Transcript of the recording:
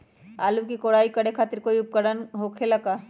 आलू के कोराई करे खातिर कोई उपकरण हो खेला का?